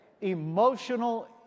emotional